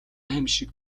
аймшиг